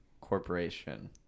corporation